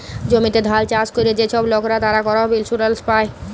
জমিতে ধাল চাষ ক্যরে যে ছব লকরা, তারা করপ ইলসুরেলস পায়